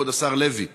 כבוד השר לוי,